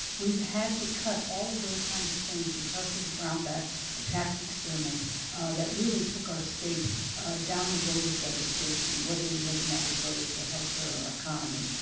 we've had to cut all of those kinds of things because of the brownback tax experiment that really took our state down a road of devastation, whether you're looking at our roads or healthcare or our economy.